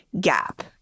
gap